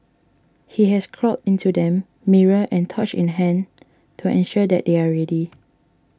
he has crawled into them mirror and torch in hand to ensure that they are ready